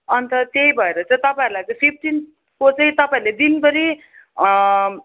अन्त त्यही भएर चाहिँ तपाईँहरूलाई चाहिँ फिफ्टिन्थको चाहिँ तपाईँहरूले दिनभरी